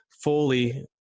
fully